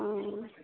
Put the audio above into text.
অঁ